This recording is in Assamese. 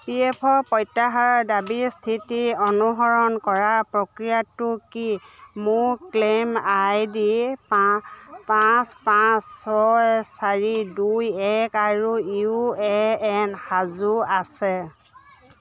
পি এফ প্ৰত্যাহাৰৰ দাবীৰ স্থিতি অনুসৰণ কৰাৰ প্ৰক্ৰিয়াটো কি মোৰ ক্লেইম আই ডি পাঁচ পাঁচ ছয় চাৰি দুই এক আৰু ইউ এ এন সাজু আছে